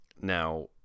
Now